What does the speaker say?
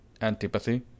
antipathy